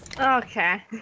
Okay